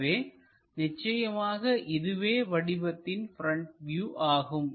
எனவே நிச்சயமாக இதுவே வடிவத்தின் ப்ரெண்ட் வியூ ஆகும்